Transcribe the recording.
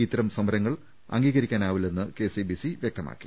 ഇത്തരം സമരങ്ങൾ അംഗീകരിക്കാനാവില്ലെന്ന് കെസിബിസി വൃക്തമാക്കി